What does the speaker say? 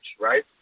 right